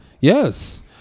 Yes